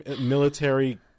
military